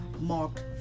Mark